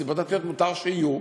סיבות דתיות מותר שיהיו,